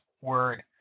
Word